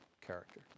character